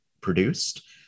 produced